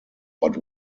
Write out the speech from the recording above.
but